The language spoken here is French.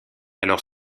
alors